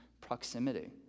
proximity